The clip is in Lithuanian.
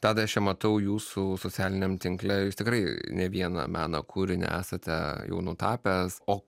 tadai aš čia matau jūsų socialiniam tinkle jūs tikrai ne vieną meno kūrinį esate jau nutapęs o